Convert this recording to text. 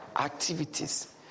activities